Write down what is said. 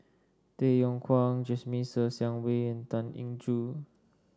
Tay Yong Kwang Jasmine Ser Xiang Wei and Tan Eng Joo